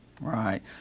Right